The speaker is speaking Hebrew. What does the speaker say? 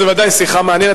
זו ודאי שיחה מעניינת,